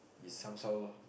it's some how